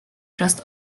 just